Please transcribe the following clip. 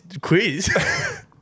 quiz